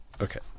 Okay